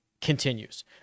continues